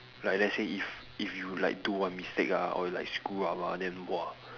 like let's say if if you like do one mistake ah or like screw up ah then !wah!